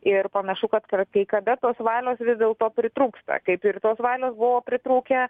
ir panašu kad kai kada tos valios vis dėlto pritrūksta kaip ir tos valios buvo pritrūkę